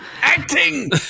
Acting